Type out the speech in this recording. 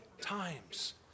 times